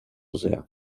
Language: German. sehr